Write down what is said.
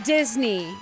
Disney